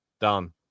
Done